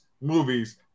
movies